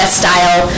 style